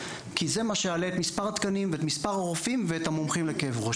כי זה מה שיעלה את מספר התקנים ואת מספר הרופאים ואת המומחים לכאב ראש.